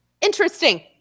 Interesting